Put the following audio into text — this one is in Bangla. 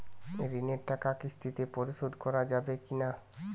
ঋণের টাকা কিস্তিতে পরিশোধ করা যাবে কি না?